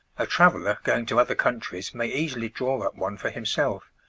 a traveller going to other countries may easily draw up one for himself,